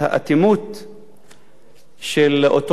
של אותו מנהיג שאמר את הדברים האלה.